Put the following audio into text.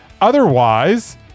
Otherwise